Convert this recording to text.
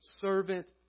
servant